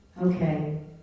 okay